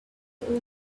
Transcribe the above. over